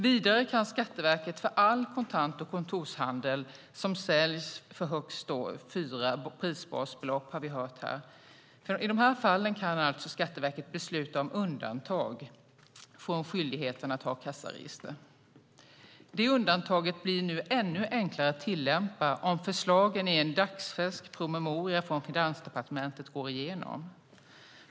Vidare kan Skatteverket för all kontant och kontokortshandel som säljer för högst fyra prisbasbelopp, har vi hört här, besluta om undantag från skyldigheten att ha kassaregister. Det undantaget blir nu ännu enklare att tillämpa om förslagen i en dagsfärsk promemoria från Finansdepartementet går igenom.